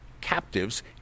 captives